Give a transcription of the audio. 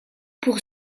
pour